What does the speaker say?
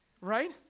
Right